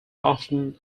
often